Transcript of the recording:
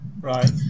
right